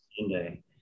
Sunday